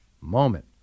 moment